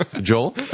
Joel